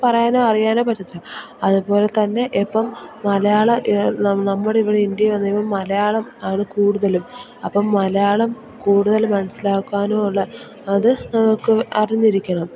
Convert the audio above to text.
പറയാനോ അറിയാനോ പറ്റത്തില്ല അതുപോലെതന്നെ ഇപ്പം മലയാളം നമ്മുടെ ഇവിടെ ഇന്ത്യയിൽ വന്നുകഴിയുമ്പോൾ മലയാളം ആണ് കൂടുതലും അപ്പം മലയാളം കൂടുതൽ മനസ്സിലാക്കുവാനുള്ള അത് നമുക്ക് അറിഞ്ഞിരിക്കണം